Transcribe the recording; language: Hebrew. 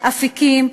"אפיקים",